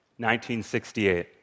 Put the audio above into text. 1968